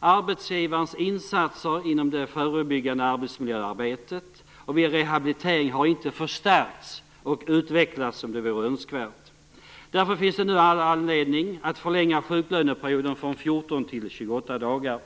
Arbetsgivarnas insatser inom det förebyggande arbetsmiljöarbetet och i samband med rehabilitering har inte förstärkts och utvecklats som hade varit önskvärt. Därför finns det nu all anledning att förlänga sjuklöneperioden från 14 till 28 dagar.